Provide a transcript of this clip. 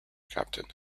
captain